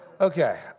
Okay